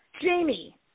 Jamie